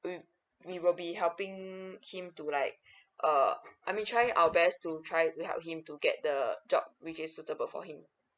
we we will be helping him to like err I mean try our best to try to help him to get the job which is suitable for him